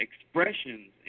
expressions